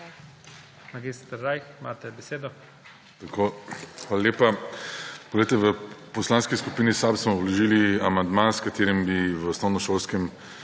Mag. Rajh, imate besedo.